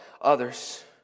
others